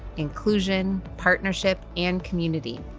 inclusion, partnership, and community,